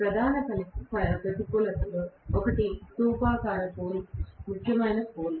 ప్రధాన ప్రతికూలతలలో ఒకటి స్థూపాకార పోల్ లేదా ముఖ్యమైన పోల్